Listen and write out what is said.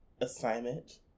assignment